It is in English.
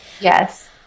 Yes